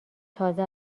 تازه